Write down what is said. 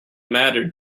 mattered